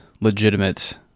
legitimate